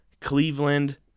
Cleveland